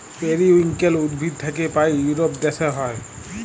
periwinkle উদ্ভিদ থাক্যে পায় ইউরোপ দ্যাশে হ্যয়